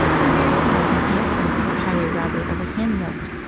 and very proud and handsome that highway robber of a hen looked,